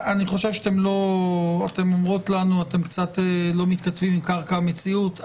אני חושב שאתן אומרות לנו: אתם קצת לא מתכתבים עם קרקע המציאות.